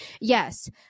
Yes